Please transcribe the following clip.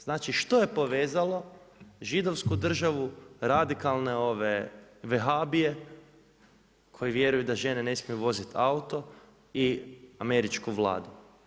Znači što je povezalo Židovsku državu, radikalne vehabije, koji vjeruju da žene ne smiju voziti auto, i američku vladu.